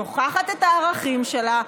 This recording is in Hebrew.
שוכחת את הערכים שלה,